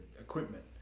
equipment